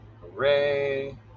hooray